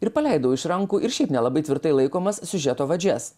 ir paleidau iš rankų ir šiaip nelabai tvirtai laikomas siužeto vadžias